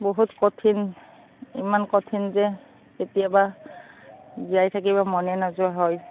বহুত কঠিন ইমান কঠিন যে কেতিয়াবা জীয়াই থাকিব মনে নাযোৱা হয়